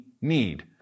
need